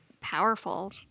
powerful